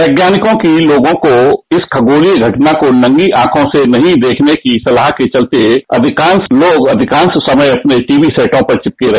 वैज्ञानिकों की लोगों को इस खगोलिया घटना को नंगी आंखों से नहीं देखने की सलाह के चलते अधिकांश लोग अधिकांश समय अपने टीवी सेटों पर चिपके रहे